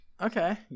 Okay